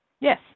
Yes